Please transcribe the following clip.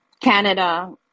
Canada